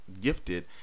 gifted